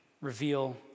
reveal